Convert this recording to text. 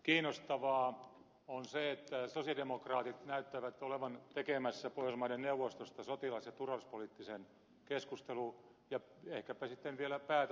kiinnostavaa on se että sosialidemokraatit näyttävät olevan tekemässä pohjoismaiden neuvostosta sotilas ja turvallisuuspoliittisen keskustelu ja ehkäpä sitten vielä päätösfooruminkin